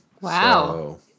Wow